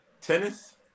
tennis